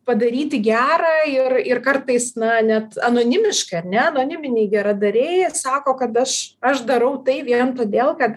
padaryti gera ir ir kartais na net anonimiškai ar ne anoniminiai geradariai sako kad aš aš darau tai vien todėl kad